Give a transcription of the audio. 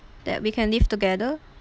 that we can live together